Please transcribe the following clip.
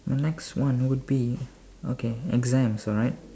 the next one would be okay exams right